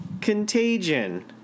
Contagion